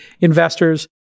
investors